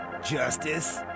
Justice